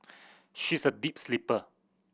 she's a deep sleeper